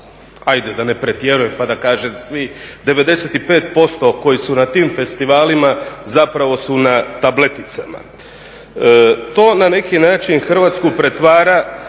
ajde da ne pretjerujem pa da kažem svi, 95% koji su na tim festivalima zapravo su na tableticama. To na neki način Hrvatsku pretvara